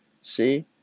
See